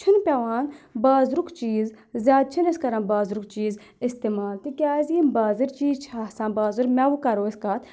پیٚوان بازرُک چیٖز زیادٕ چھِنہٕ أسۍ کَران بازرُک چیٖز اِستعمال تِکیٛازِ یِم بازر چیٖز چھِ آسان بازر میوٕ کَرو أسۍ کَتھ